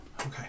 Okay